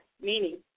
meaning